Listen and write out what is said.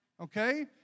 okay